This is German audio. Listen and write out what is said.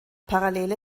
parallele